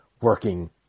working